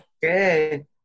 Good